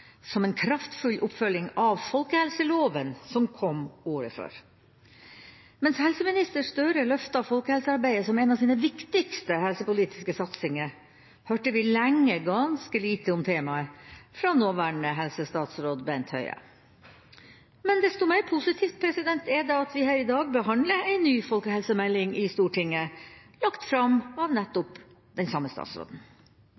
som en kraftfull oppfølging av folkehelseloven som kom året før. Mens helseminister Støre løftet folkehelsearbeidet som en av sine viktigste helsepolitiske satsinger, hørte vi lenge ganske lite om temaet fra nåværende helsestatsråd Bent Høie. Men desto mer positivt er det at vi i dag behandler en ny folkehelsemelding her i Stortinget, lagt fram av nettopp den samme statsråden.